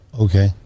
Okay